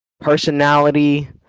Personality